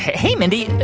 hey, mindy.